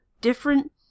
different